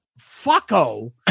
fucko